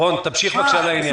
רון, תמשיך, בבקשה, לעניין.